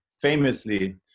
famously